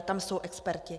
Tam jsou experti.